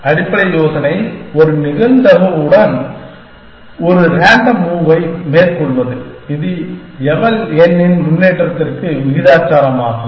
அடிப்படை யோசனை ஒரு நிகழ்தகவுடன் ஒரு ரேண்டம் மூவ்வை மேற்கொள்வது இது eval n இன் முன்னேற்றத்திற்கு விகிதாசாரமாகும்